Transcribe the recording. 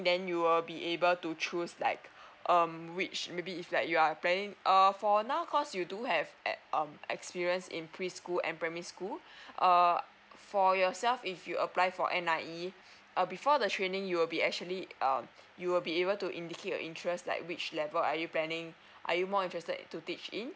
then you will be able to choose like um which maybe if like you are planning err for now cause you do have at um experience in preschool and primary school err for yourself if you apply for N_I_E err before the training you will be actually um you'll be able to indicate your interest like which level are you planning are you more interested to teach in